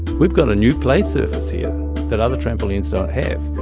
we've got a new play surface here that other trampolines don't have.